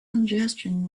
congestion